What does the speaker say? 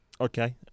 Okay